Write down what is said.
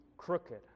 Crooked